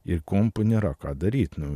ir kompui nėra ką daryt nu